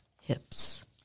hips